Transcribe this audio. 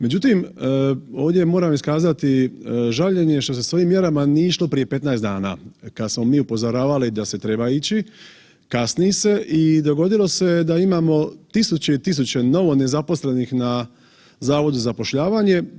Međutim,, ovdje moram iskazati žaljenje što se s ovim mjerama nije išlo prije 15 dana kada smo mi upozoravali da se treba ići, kasni se i dogodilo se da imamo tisuće i tisuće novonezaposlenih na Zavodu za zapošljavanje.